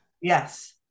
Yes